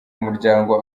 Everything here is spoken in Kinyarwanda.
umuryango